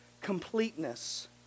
completeness